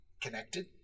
connected